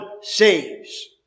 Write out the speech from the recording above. saves